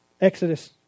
Exodus